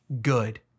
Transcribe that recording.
Good